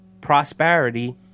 prosperity